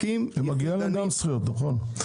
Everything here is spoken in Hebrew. מגיעות להם גם זכויות, נכון.